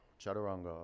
Chaturanga